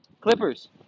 Clippers